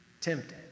tempted